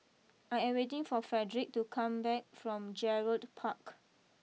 I am waiting for Fredric to come back from Gerald Park